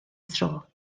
tro